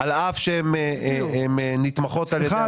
על אף שהן נתמכות על ידי המשרד.